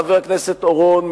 חבר הכנסת אורון,